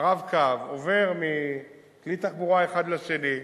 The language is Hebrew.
ב"רב-קו", עובר מכלי תחבורה אחד לשני,